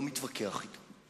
לא מתווכח אתם.